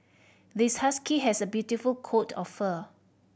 this husky has a beautiful coat of fur